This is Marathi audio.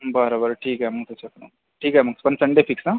बरं बरं ठीक आहे मग त्याच्यातून ठीक आहे मग पण संडे फिक्स ना